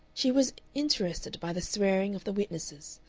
she was interested by the swearing of the witnesses.